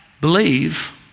believe